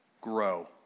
grow